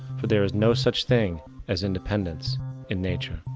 for there is no such thing as independence in nature.